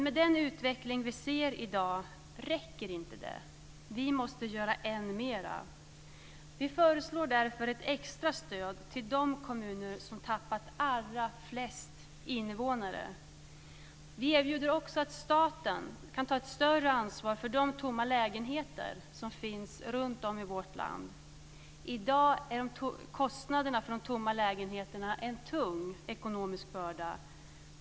Med den utveckling vi ser i dag räcker inte det. Vi måste göra än mer. Vi föreslår därför ett extra stöd till de kommuner som tappat allra flest invånare. Vi erbjuder också att staten kan ta ett större ansvar för de tomma lägenheter som finns runt om i vårt land. I dag är kostnaderna för de tomma lägenheterna en tung ekonomisk börda.